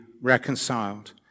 reconciled